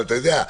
אבל אתה יודע,